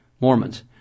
Mormons